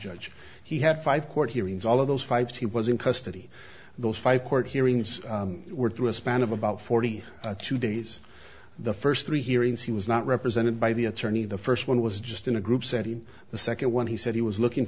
judge he had five court hearings all of those five he was in custody those five court hearings were through a span of about forty two days the first three hearings he was not represented by the attorney the first one was just in a group setting the second one he said he was looking